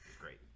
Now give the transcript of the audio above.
great